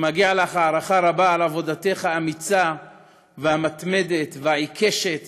ומגיעה לך הערכה רבה על עבודתך האמיצה והמתמדת והעיקשת,